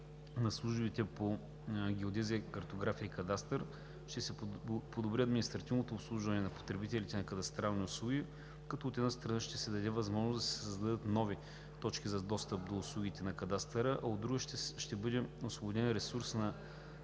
на службите по геодезия, картография и кадастър, ще се подобри административното обслужване на потребителите на кадастрални услуги, като, от една страна, ще се даде възможност да се създадат нови точки за достъп до услугите на кадастъра, а от друга, ще бъде освободен ресурс на